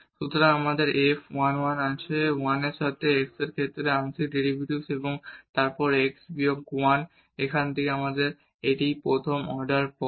সুতরাং আমাদের f 1 1 আছে 1 এর সাথে x এর ক্ষেত্রে আংশিক ডেরিভেটিভ এবং তারপর x বিয়োগ 1 এখান থেকে এখানে এই প্রথম অর্ডার পদ